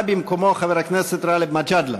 בא במקומו חבר הכנסת גאלב מג'אדלה.